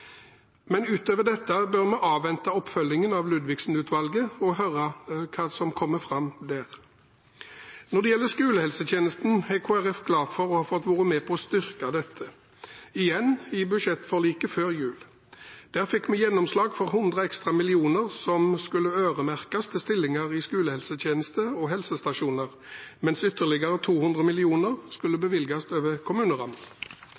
Men utover dette bør vi avvente oppfølgingen av Ludvigsen-utvalget og høre hva som kommer fram der. Når det gjelder skolehelsetjenesten, er Kristelig Folkeparti glad for å ha fått være med på å styrke dette – igjen – i budsjettforliket før jul. Der fikk vi gjennomslag for 100 ekstra millioner som skulle øremerkes til stillinger i skolehelsetjeneste og helsestasjoner, mens ytterligere 200 mill. kr skulle bevilges over kommunerammen.